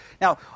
Now